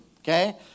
Okay